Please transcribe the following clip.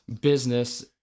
business